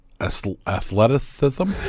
athleticism